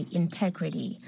integrity